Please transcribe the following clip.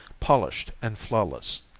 polished and flawless.